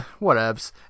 whatevs